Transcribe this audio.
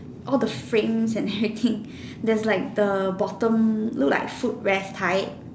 all the frames and everything there's like the bottom look like foot rest right